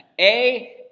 A-